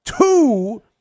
two